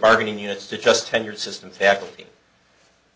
bargaining units to just tenure system tackle